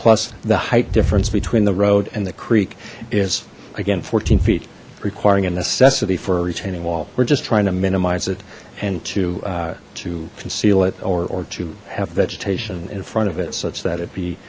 plus the height difference between the road and the creek is again fourteen feet requiring a necessity for a retaining wall we're just trying to minimize it and to to conceal it or or to have vegetation in front of it such that it be